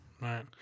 Right